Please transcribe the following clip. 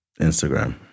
Instagram